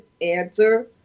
answer